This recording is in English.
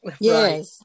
yes